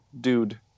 dude